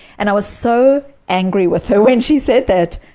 and i was so angry with her when she said that,